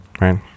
right